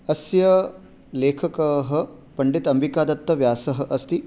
अस्य लेखकः पण्डित अम्बिकादत्तव्यासः अस्ति